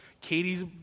Katie's